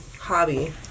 hobby